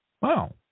Wow